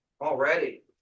already